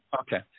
Okay